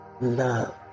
Love